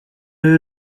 you